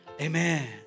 Amen